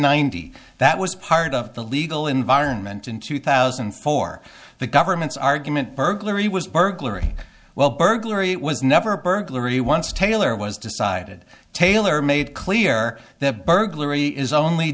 ninety that was part of the legal environment in two thousand and four the government's argument burglary was burglary well burglary was never a burglary once taylor was decided tailor made clear that burglary is only